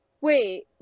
Wait